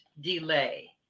delay